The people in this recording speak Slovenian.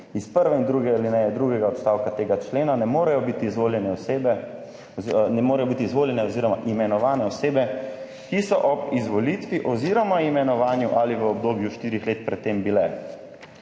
in druge alineje drugega odstavka tega člena ne morejo biti izvoljene oziroma imenovane osebe, ki so ob izvolitvi oziroma imenovanju ali v obdobju štirih let pred tem bile.